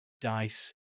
dice